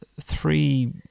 three